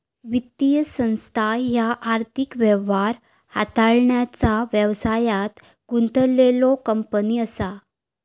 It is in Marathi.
वित्तीय संस्था ह्या आर्थिक व्यवहार हाताळण्याचा व्यवसायात गुंतलेल्यो कंपनी असा